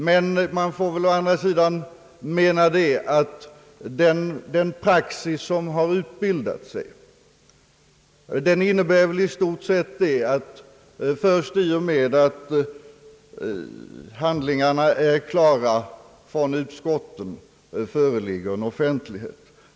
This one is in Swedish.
Men man får väl å andra sidan mena, att den praxis som har utbildats väl i stort sett innebär att först i och med att handlingarna är klara från utskottet så föreligger en offentlighet.